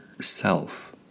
self